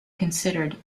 considered